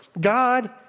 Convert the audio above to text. God